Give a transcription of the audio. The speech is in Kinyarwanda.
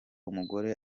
umugore